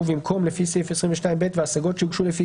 ובמקום "לפי סעיף 22ב וההשגות שהוגשו לפי